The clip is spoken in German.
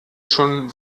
schon